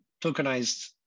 tokenized